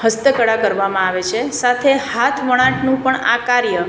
હસ્તકળા કરવામાં આવે છે સાથે હાથ વણાટનું પણ આ કાર્ય